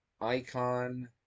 icon